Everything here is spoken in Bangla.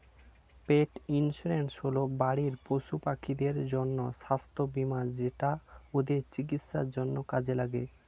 পেট ইন্সুরেন্স হল বাড়ির পশুপাখিদের জন্য স্বাস্থ্য বীমা যেটা ওদের চিকিৎসার জন্য কাজে লাগে